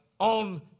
On